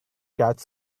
catch